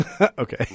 Okay